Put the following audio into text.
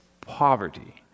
poverty